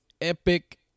epic